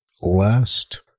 last